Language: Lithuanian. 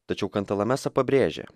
tačiau kantalamesa pabrėžė